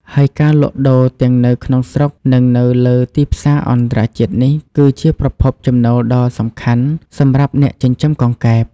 ហើយការលក់ដូរទាំងនៅក្នុងស្រុក និងនៅលើទីផ្សារអន្តរជាតិនេះ គឺជាប្រភពចំណូលដ៏សំខាន់សម្រាប់អ្នកចិញ្ចឹមកង្កែប។